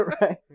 Right